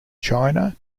china